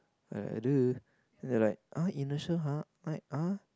uh duh then they like err inertia [huh] like uh